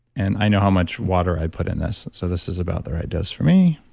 and i know how much water i put in this so this is about the right dose for me.